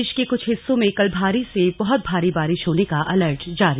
प्रदे के कुछ हिस्सों में कल भारी से बहुत भारी बारि ा होने का अलर्ट जारी